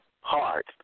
heart